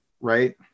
right